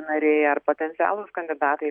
nariai ar potencialūs kandidatai